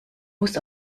muss